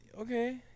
Okay